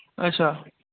अच्छा